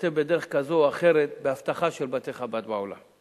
תשתתף בדרך כזו או אחרת באבטחה של בתי-חב"ד בעולם.